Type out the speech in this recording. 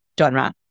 genre